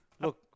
Look